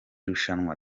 rushanwa